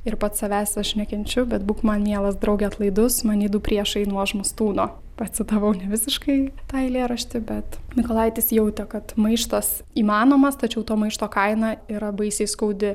ir pats savęs aš nekenčiu bet būk man mielas drauge atlaidus many du priešai nuožmūs tūno pacitavau nevisiškai tą eilėraštį bet mykolaitis jautė kad maištas įmanomas tačiau to maišto kaina yra baisiai skaudi